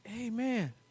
amen